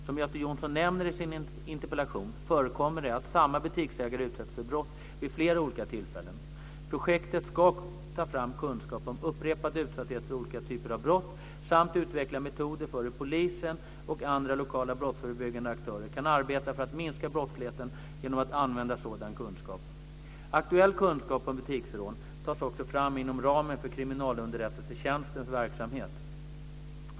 Som Göte Jonsson nämner i sin interpellation förekommer det att samma butiksägare utsätts för brott vid flera olika tillfällen. Projektet ska ta fram kunskap om upprepad utsatthet för olika typer av brott samt utveckla metoder för hur polisen och andra lokala brottsförebyggande aktörer kan arbeta för att minska brottsligheten genom att använda sådan kunskap. Aktuell kunskap om butiksrån tas också fram inom ramen för kriminalunderrättelsetjänstens verksamhet.